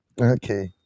Okay